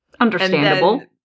Understandable